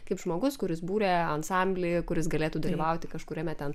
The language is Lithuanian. kaip žmogus kuris būrė ansamblį kuris galėtų dalyvauti kažkuriame ten